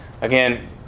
Again